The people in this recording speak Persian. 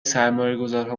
سرمایهگذارها